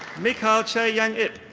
mikael che yang ip.